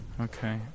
Okay